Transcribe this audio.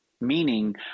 meaning